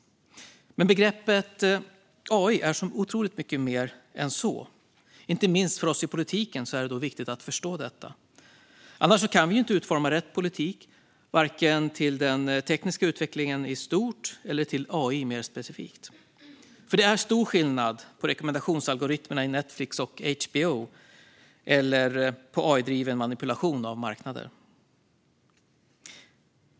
Men begreppet AI är så otroligt mycket mer än så. Inte minst för oss i politiken är det viktigt att förstå detta, annars kan vi inte utforma rätt politik vare sig till den tekniska utvecklingen i stort eller till AI mer specifikt. Det är nämligen stor skillnad mellan rekommendationsalgoritmerna i Netflix eller HBO och AI-driven manipulation av marknader.